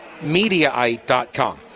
Mediaite.com